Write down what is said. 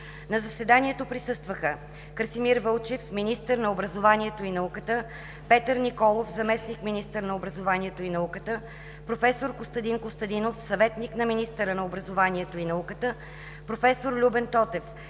На заседанието присъстваха: Красимир Вълчев – министър на образованието и науката, Петър Николов – заместник-министър на образованието и науката, проф. Костадин Костадинов – съветник на министъра на образованието и науката, проф. Любен Тотев